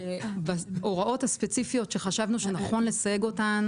שבהוראות הספציפיות שחשבנו שנכון לסייג אותן